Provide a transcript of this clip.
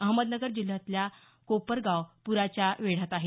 अहमदनगर जिल्ह्यातलं कोपरगाव पुराच्या वेढ्यात आहे